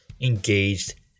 engaged